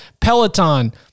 Peloton